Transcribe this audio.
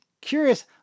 curious